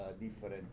different